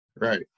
right